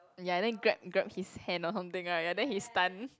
ya then grab grab his hand or something right ya then he stunt